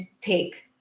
take